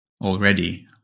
already